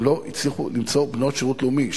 הם לא הצליחו למצוא בנות שירות לאומי.